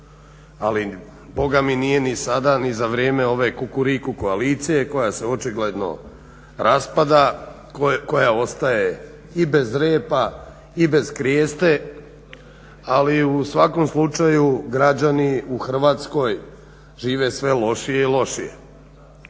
ali Boga mi nije ni sada za vrijeme ove Kukuriku koalicije koja se očigledno raspada, koja ostaje i bez repa i bez krijeste, ali u svakom slučaju građani u Hrvatskoj žive sve lošije i lošije.